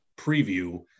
preview